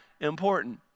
important